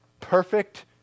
perfect